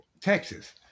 texas